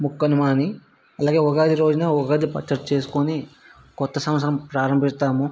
ముక్కనుమ అని అలాగే ఉగాది రోజున ఉగాది పచ్చడి చేసుకుని కొత్త సంవత్సరం ప్రారంభిస్తాము